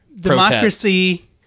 Democracy